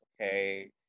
okay